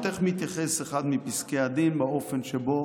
איך מתייחס אחד מפסקי הדין לאופן שבו